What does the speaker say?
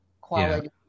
quality